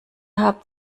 habt